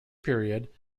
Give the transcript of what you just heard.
period